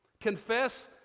Confess